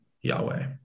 Yahweh